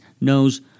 knows